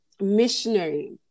missionary